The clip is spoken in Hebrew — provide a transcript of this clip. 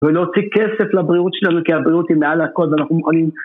ולהוציא כסף לבריאות שלנו כי הבריאות היא מעל הכל ואנחנו מוכנים.